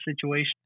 situation